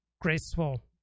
graceful